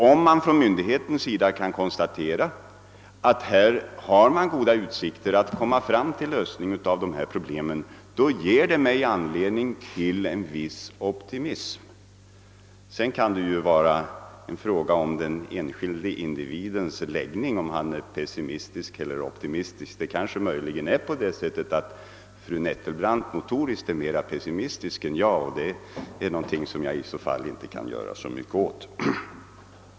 Om myndigheten kan konstatera att det finns goda utsikter att komma fram till en lösning av de problem som existerar, tycker jag mig kunna ha anledning till en viss optimism. Fru Nettelbrandt är kanske notoriskt mera pessimistisk än jag, och det kan jag i så fall inte göra så mycket åt.